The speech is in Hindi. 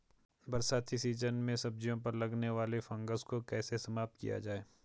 बरसाती सीजन में सब्जियों पर लगने वाले फंगस को कैसे समाप्त किया जाए?